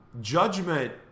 Judgment